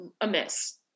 amiss